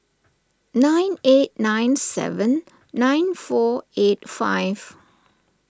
nine eight nine seven nine four eight five